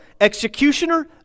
executioner